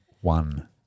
One